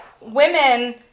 Women